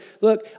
look